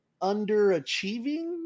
underachieving